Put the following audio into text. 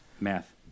Math